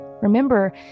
Remember